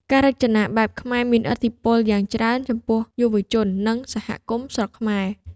ការរចនាបែបខ្មែរមានឥទ្ធិពលយ៉ាងច្រើនចំពោះយុវជន និងសហគមន៍ស្រុកខ្មែរ។